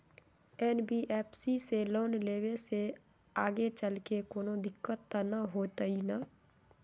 NBFC से loan लेबे से आगेचलके कौनो दिक्कत त न होतई न?